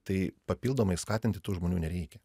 tai papildomai skatinti tų žmonių nereikia